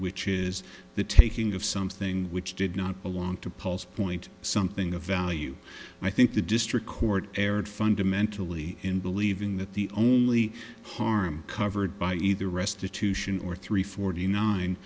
which is the taking of something which did not belong to paul's point something of value and i think the district court erred fundamentally in believing that the only harm covered by either restitution or three forty nine